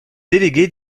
délégués